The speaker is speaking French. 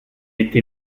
été